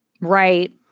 right